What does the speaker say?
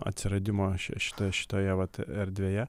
atsiradimo ši šitoje šitoje vat erdvėje